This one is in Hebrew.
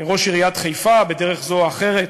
ראש עיריית חיפה בדרך זו או אחרת,